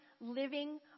living